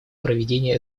проведения